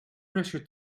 pressure